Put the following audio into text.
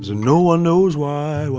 no one knows why, why,